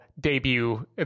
debut